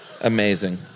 Amazing